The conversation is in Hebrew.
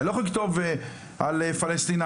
אני לא יכול לכתוב על פלסטינאים,